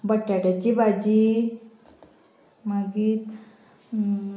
बट्याट्याची भाजी मागीर